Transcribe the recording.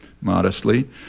modestly